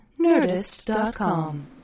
nerdist.com